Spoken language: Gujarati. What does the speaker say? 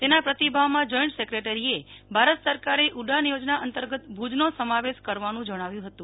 તેના પ્રતિભાવમાં જોઈન્ટ સેક્રેટરીએ ભારત સરકારે ઉડાન યોજના અંતર્ગત ભુજનો સમાવેશ કરવાનું જણાવ્યું હતું